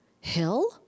Hill